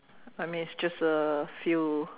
I mean it's just a few